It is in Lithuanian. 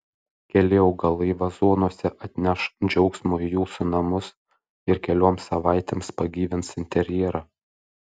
keli augalai vazonuose atneš džiaugsmo į jūsų namus ir kelioms savaitėms pagyvins interjerą